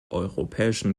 europäischen